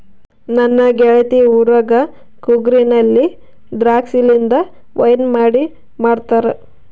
ನನ್ನ ಗೆಳತಿ ಊರಗ ಕೂರ್ಗಿನಲ್ಲಿ ದ್ರಾಕ್ಷಿಲಿಂದ ವೈನ್ ಮಾಡಿ ಮಾಡ್ತಾರ